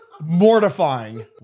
mortifying